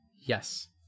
Yes